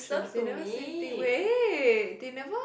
they never say anything wait they never